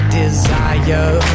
desire